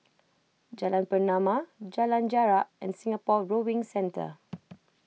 Jalan Pernama Jalan Jarak and Singapore Rowing Centre